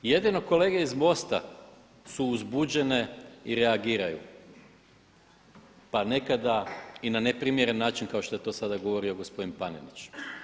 Jedino kolege iz MOST-a su uzbuđene i reagiraju pa nekada i na neprimjeren način kao što je to sada govorio gospodin Panenić.